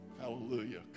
Hallelujah